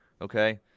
okay